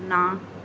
ਨਾ